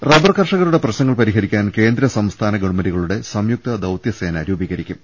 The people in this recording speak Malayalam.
റബ്ബർ കർഷകരുടെ പ്രശ്നങ്ങൾ പരിഹരിക്കാൻ കേന്ദ്ര സംസ്ഥാന ഗവൺമെന്റുകളുടെ സംയുക്ത ദൌത്യ സേന രൂപീ കരിക്കും